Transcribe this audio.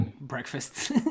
breakfast